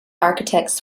architects